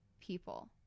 people